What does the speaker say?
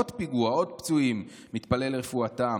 "עוד פיגוע, עוד פצועים, מתפלל לרפואתם.